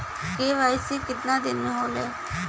KYC कितना दिन में होले?